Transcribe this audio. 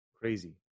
Crazy